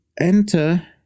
enter